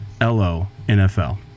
L-O-N-F-L